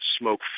smoke